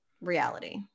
reality